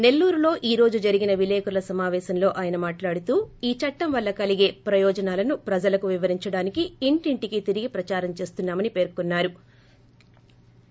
నెల్లూరులో ఈ రోజు జరిగిన విలేకరుల సమాపేశంలో ఆయన మాట్లాడుతూ ఈ చట్టం వల్ల కలిగే ప్రయోజనాలను ప్రజలకు వివరించడానికి ఇంటింటికి తిరిగి ప్రదారం చేస్తున్నా మని పేర్కొన్నా రు